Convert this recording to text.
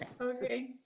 Okay